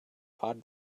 pot